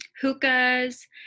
hookahs